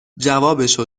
جوابشو